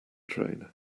train